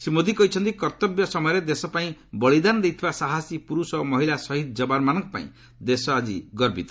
ଶ୍ରୀ ମୋଦି କହିଛନ୍ତି କର୍ଭବ୍ୟ ସମୟରେ ଦେଶପାଇଁ ବଳିଦାନ ଦେଇଥିବା ସାହସୀ ପୁରୁଷ ଓ ମହିଳା ଶହୀଦ୍ ଯବାନମାନଙ୍କ ପାଇଁ ଦେଶ ଆଜି ଗର୍ବିତ